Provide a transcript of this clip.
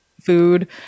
food